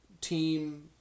team